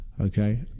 okay